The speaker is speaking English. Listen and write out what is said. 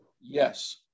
Yes